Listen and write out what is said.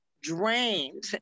drained